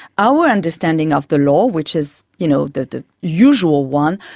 our understanding of the law, which is you know the the usual one,